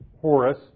Horace